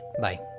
Bye